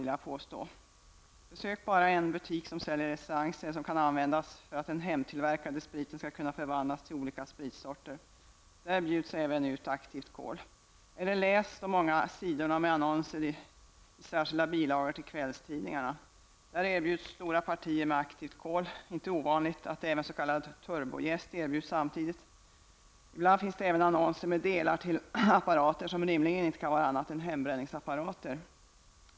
Man behöver bara besöka en butik som säljer, essenser som kan användas för att den hemtillverkade spriten skall kunna förvandlas till olika spritsorter. Även aktivt kol bjuds ut. Eller också kan man läsa de många sidorna med annonser i särskilda bilagor till kvällstidningarna. Där erbjuds stora partier med aktivt kol, och det är dessutom inte ovanligt att s.k. turbojäst erbjuds samtidigt. Ibland finns det även annonser som erbjuder delar till apparater, som rimligen inte kan vara annat än hembränningsapparater.